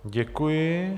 Děkuji.